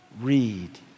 read